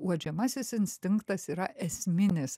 uodžiamasis instinktas yra esminis